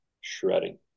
shredding